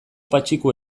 patxiku